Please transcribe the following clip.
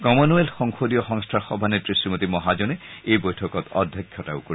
Commonwealth সংসদীয় সংস্থাৰ সভানেত্ৰী শ্ৰীমতী মহাজনে এই বৈঠকত অধ্যক্ষতা কৰিব